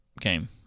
game